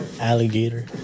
Alligator